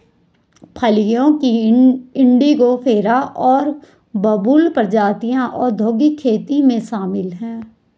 फलियों की इंडिगोफेरा और बबूल प्रजातियां औद्योगिक खेती में शामिल हैं